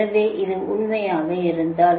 எனவே அது உண்மையாக இருந்தால்